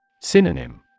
Synonym